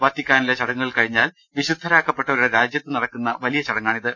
വത്തിക്കാനിലെ ചടങ്ങുകൾ കഴിഞ്ഞാൽ വിശുദ്ധരാക്കപ്പെട്ടവരുടെ രാജ്യത്ത് നടത്തുന്ന വലിയ ചടങ്ങാണിത്